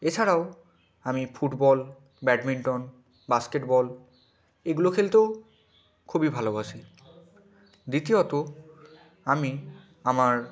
এ ছাড়াও আমি football badminton basketball এগুলো খেলতেও খুবই ভালোবাসি দ্বিতীয়ত আমি আমার